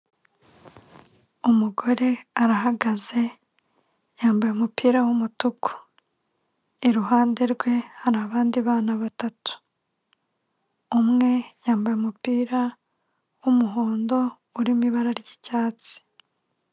Umugore arahagaze yambaye umupira w'umutuku, iruhande rwe hari abandi bana batatu, umwe yambaye umupira w'umuhondo urimo mu ibara ry'icyatsi.